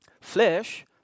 Flesh